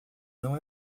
não